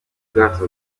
bwato